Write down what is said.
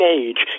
age